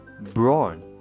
brown